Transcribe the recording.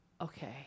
okay